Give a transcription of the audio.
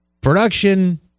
production